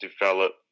develop